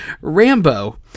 Rambo